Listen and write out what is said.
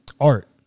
Art